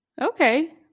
Okay